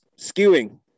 skewing